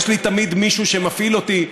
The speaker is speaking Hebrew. יש לי תמיד מישהו שמפעיל אותי,